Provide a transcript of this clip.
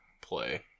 play